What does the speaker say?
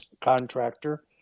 contractor